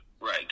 Right